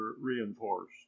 REINFORCED